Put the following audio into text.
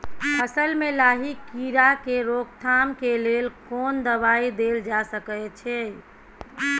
फसल में लाही कीरा के रोकथाम के लेल कोन दवाई देल जा सके छै?